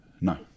No